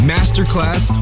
Masterclass